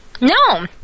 No